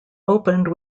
opened